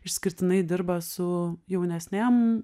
išskirtinai dirba su jaunesnėm